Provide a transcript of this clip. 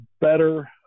better